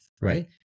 Right